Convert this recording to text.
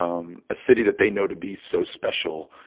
um a city that they know to be so special.